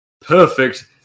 perfect